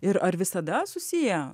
ir ar visada susiję